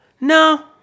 No